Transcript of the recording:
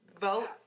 vote